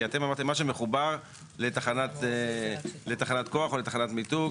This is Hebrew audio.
כי אתם אמרתם מה שמחובר לתחנת כוח או תחנת מיתוג.